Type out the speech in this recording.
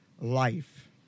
life